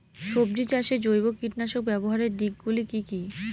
সবজি চাষে জৈব কীটনাশক ব্যাবহারের দিক গুলি কি কী?